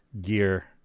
gear